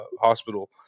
hospital